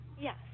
Yes